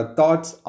thoughts